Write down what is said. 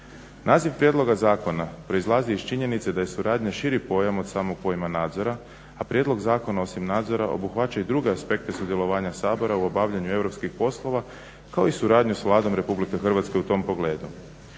Naziv prijedloga zakona proizlazi iz činjenice da je suradnja širi pojam od samog pojma nadzora, a prijedlog zakona osim nadzora obuhvaća i druge aspekte sudjelovanja Sabora u obavljanju europskih poslova, kao i suradnju s Vladom Republike Hrvatske u tom pogledu.